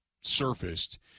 surfaced